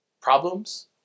problems